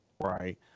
right